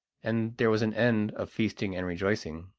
and there was an end of feasting and rejoicing.